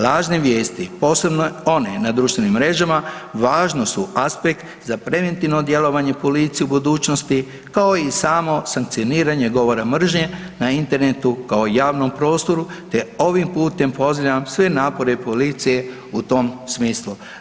Lažne vijesti, posebno one na društvenim mrežama važan su aspekt za preventivno djelovanje policije u budućnosti, kao i samo sankcioniranje govora mržnje na internetu kao javnom prostoru, te ovim putem pozdravljam sve napore policije u tom smislu.